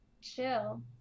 chill